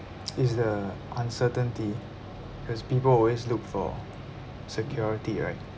is the uncertainty because people always look for security right